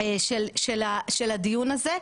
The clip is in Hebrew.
של הדיון הזה.